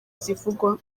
zivugwa